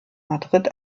madrid